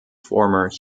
former